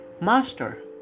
Master